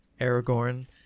aragorn